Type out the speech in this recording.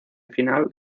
final